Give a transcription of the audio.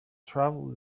travel